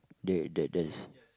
they there there's